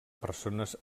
persones